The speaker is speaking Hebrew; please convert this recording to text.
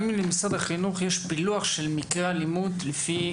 האם למשרד החינוך יש פילוח של מקרי אלימות לפי